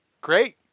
Great